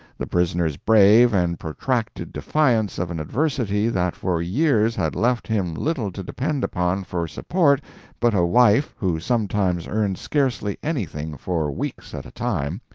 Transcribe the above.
the prisoner's brave and protracted defiance of an adversity that for years had left him little to depend upon for support but a wife who sometimes earned scarcely anything for weeks at a time,